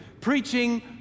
Preaching